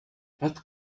what